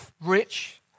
rich